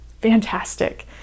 fantastic